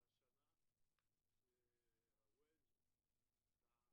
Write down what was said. בוקר טוב,